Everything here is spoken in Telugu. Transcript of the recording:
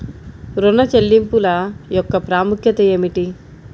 ఋణ చెల్లింపుల యొక్క ప్రాముఖ్యత ఏమిటీ?